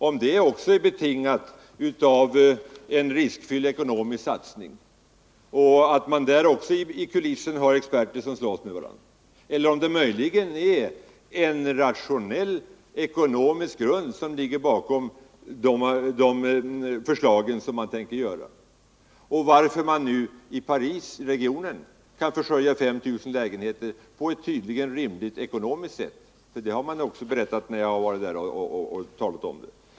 Fråga också om detta anses som riskfylld ekonomisk satsning. Fråga om man där i kulisserna hör experter som slåss med varandra, eller om det är en rationell ekonomisk planering som ligger bakom de förslag man tänker ställa. Fråga varför man nu i Parisregionen med jordvärme kan försörja 5 000 lägenheter och detta tydligen på ett rimligt ekonomiskt sätt — vilket man har berättat när jag har varit där.